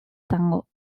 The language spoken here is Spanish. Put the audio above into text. tango